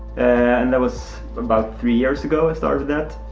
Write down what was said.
and that was about three years ago, i started that,